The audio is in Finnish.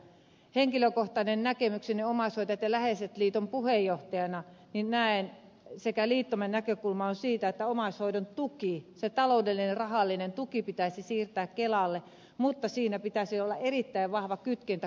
henkilökohtainen näkemykseni omais hoitajat ja läheiset liiton puheenjohtajana sekä liittomme näkökulma on se että omaishoidon tuki se taloudellinen rahallinen tuki pitäisi siirtää kelalle mutta siinä pitäisi olla erittäin vahva kytkentä kuntapalveluihin